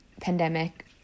pandemic